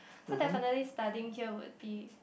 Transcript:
so definitely studying here would be